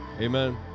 Amen